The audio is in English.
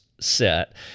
set